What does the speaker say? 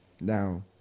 Now